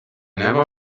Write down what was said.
never